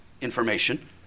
information